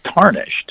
tarnished